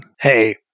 Hey